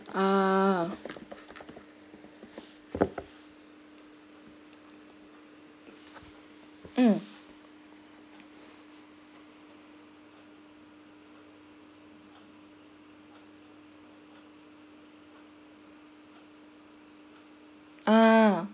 ah mm ah